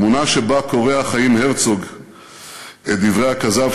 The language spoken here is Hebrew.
התמונה שבה קורע חיים הרצוג את דברי הכזב